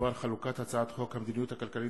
בדבר חלוקת הצעת חוק המדיניות הכלכלית